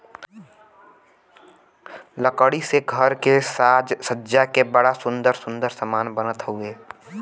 लकड़ी से घर के साज सज्जा के बड़ा सुंदर सुंदर समान बनत हउवे